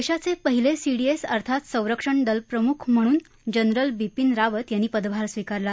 देशाचे पहिले सीडीएस अर्थात संरक्षण दलप्रमुख म्हणून जनरल बिपीन रावत यांनी पदभार स्वीकारला